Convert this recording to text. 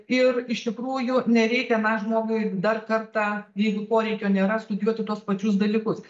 ir iš tikrųjų nereikia na žmogui dar kartą jeigu poreikio nėra studijuoti tuos pačius dalykus